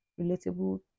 relatable